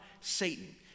Satan